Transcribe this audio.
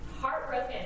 heartbroken